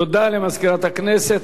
תודה למזכירת הכנסת.